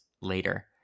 later